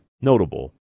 notable